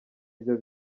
byo